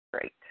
Great